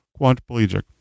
quadriplegic